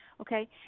Okay